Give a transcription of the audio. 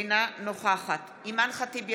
אינה נוכחת אימאן ח'טיב יאסין,